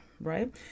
Right